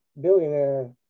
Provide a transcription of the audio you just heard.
billionaire